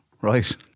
right